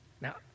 Now